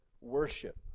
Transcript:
worship